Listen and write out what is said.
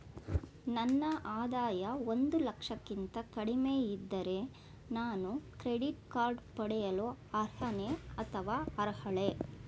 ನನ್ನ ಆದಾಯ ಒಂದು ಲಕ್ಷಕ್ಕಿಂತ ಕಡಿಮೆ ಇದ್ದರೆ ನಾನು ಕ್ರೆಡಿಟ್ ಕಾರ್ಡ್ ಪಡೆಯಲು ಅರ್ಹನೇ ಅಥವಾ ಅರ್ಹಳೆ?